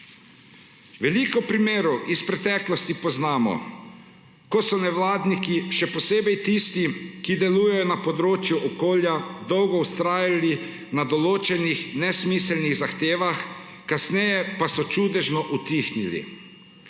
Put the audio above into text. Veliko primerov iz preteklosti poznamo, ko so nevladniki, še posebej tisti, ki delujejo na področju okolja, dolgo vztrajali na določenih nesmiselnih zahtevah, kasneje pa so čudežno utihnili.